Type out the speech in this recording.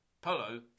Polo